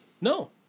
No